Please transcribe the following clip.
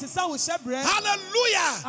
Hallelujah